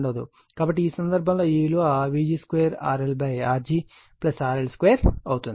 కాబట్టి ఆ సందర్భంలో ఈ విలువ Vg2RLRg RL2 అవుతుంది